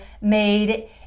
made